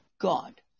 God